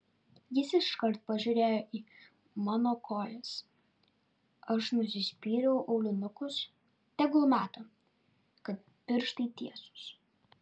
jis iškart pažiūrėjo į mano kojas aš nusispyriau aulinukus tegul mato kad pirštai tiesūs